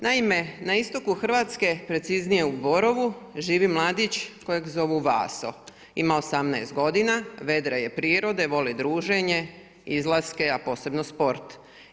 Naime, na istoku Hrvatske preciznije u Borovu živi mladić kojeg zovu Vaso, ima 18 godina, vedre je prirode, voli druženje, izlaske a posebno sport.